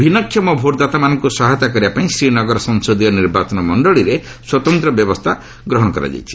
ଭିନ୍ନଷମ ଭୋଟ୍ଦାତାମାନଙ୍କୁ ସହାୟତା କରିବା ପାଇଁ ଶ୍ରୀନଗର ସଂସଦୀୟ ନିର୍ବାଚନମଣ୍ଡଳୀରେ ସ୍ୱତନ୍ତ୍ର ବ୍ୟବସ୍ଥା ଗ୍ରହଣ କରାଯାଇଛି